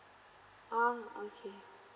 oh okay